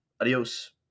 Adios